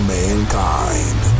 mankind